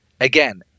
Again